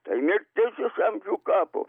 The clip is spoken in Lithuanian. tai mirtis iš amžių kapo